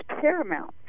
paramount